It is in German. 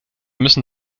müssen